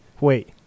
Wait